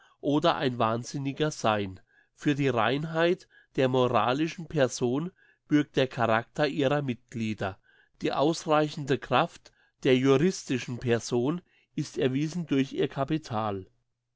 oder ein wahnsinniger sein für die reinheit der moralischen person bürgt der charakter ihrer mitglieder die ausreichende kraft der juristischen person ist erwiesen durch ihr capital